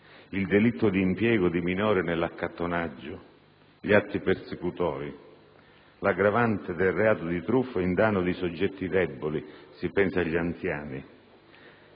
il delitto di impiego di minori nell'accattonaggio, gli atti persecutori, l'aggravante del reato di truffa in danno di soggetti deboli come nel caso degli anziani,